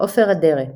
עופר אדרת,